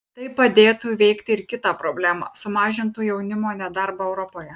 tai padėtų įveikti ir kitą problemą sumažintų jaunimo nedarbą europoje